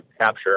capture